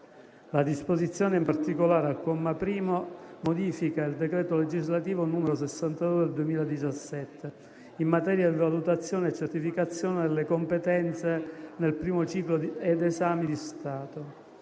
La disposizione, in particolare, al comma 1 modifica il decreto legislativo n. 62 del 2017, in materia di valutazione e certificazione delle competenze nel primo ciclo ed esami di Stato;